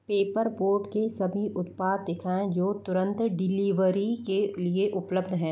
Paper Boat के सभी उत्पाद दिखाएँ जो तुरंत डिलीवरी के लिए उपलब्ध हैं